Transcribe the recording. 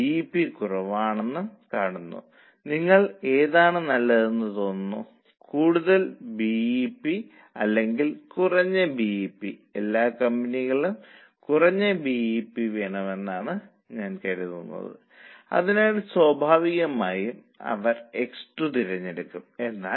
ഇപ്പോൾ നിങ്ങൾക്ക് അത് പൊരുത്തപ്പെടുത്താൻ കഴിയുമോ ഡയറക്ട് മെറ്റീരിയൽ 8 ആയതിനാൽ ഇത് കഠിനമായിരിക്കുമെന്ന് ഞാൻ കരുതുന്നു പുതിയ തൊഴിൽ ചെലവ് എന്താണ്